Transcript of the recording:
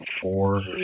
four